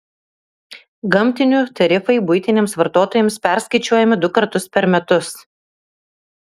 gamtinių tarifai buitiniams vartotojams perskaičiuojami du kartus per metus